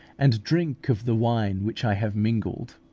and drink of the wine which i have mingled